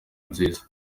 nziza